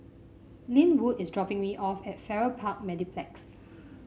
Lynwood is dropping me off at Farrer Park Mediplex